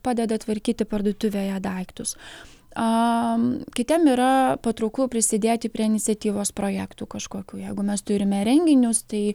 padeda tvarkyti parduotuvėje daiktus kitiem yra patrauklu prisidėti prie iniciatyvos projektų kažkokių jeigu mes turime renginius tai